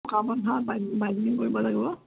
পকা বন্ধা binding binding কৰিব লাগিব